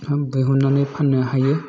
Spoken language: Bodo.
दिहुन्नानै फान्नो हायो